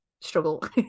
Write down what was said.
struggle